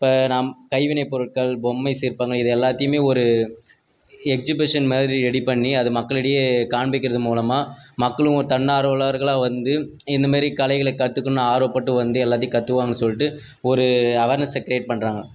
இப்போ நம் கைவினைப் பொருட்கள் பொம்மை சிற்பங்கள் இது எல்லாத்தையுமே ஒரு எக்ஸிபிஷன் மாதிரி ரெடி பண்ணி அது மக்களிடையே காண்பிக்கிறது மூலமாக மக்களும் தன்னார்வலர்களா வந்து இந்தமாரி கலைகளை கற்றுக்கணுன்னு ஆர்வப்பட்டு வந்து எல்லாத்தையும் கற்றுக்குவாங்கன்னு சொல்லிட்டு ஒரு அவார்னஸ்ஸை கிரியேட் பண்ணுறாங்க